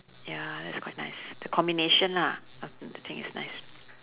ya that's quite nice the combination lah the thing is nice